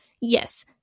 Yes